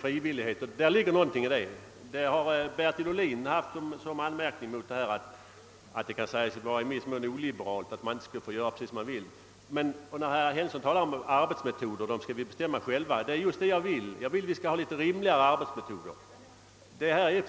frivilligheten. Det ligger något i den tanken, och herr Ohlin har sagt till mig personligen att det kan anses vara oliberalt om man inte får göra som man vill i detta hänseende. Våra arbetsmetoder skall vi bestämma själva, sade herr Henningsson. Det är just vad jag vill, men jag vill också att arbetsmetoderna skall bli något annorlunda än för närvarande.